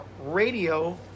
radio